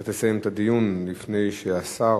אתה תסיים את הדיון לפני שהשר,